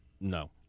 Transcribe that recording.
no